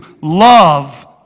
Love